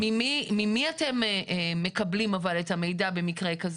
אבל ממי אתם מקבלים את המידע במקרה כזה?